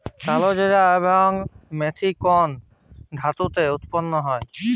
কালোজিরা এবং মেথি কোন ঋতুতে উৎপন্ন হয়?